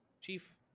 Chief